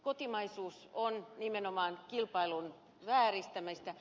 se on nimenomaan kilpailun vääristämistä